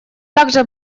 также